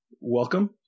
Welcome